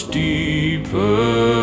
deeper